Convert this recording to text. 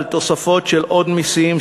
על תוספות של עוד מסים,